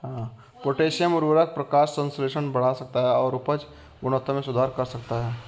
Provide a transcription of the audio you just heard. potassium उवर्रक प्रकाश संश्लेषण बढ़ा सकता है और उपज गुणवत्ता में सुधार कर सकता है